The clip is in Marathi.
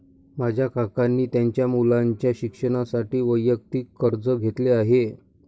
माझ्या काकांनी त्यांच्या मुलाच्या शिक्षणासाठी वैयक्तिक कर्ज घेतले आहे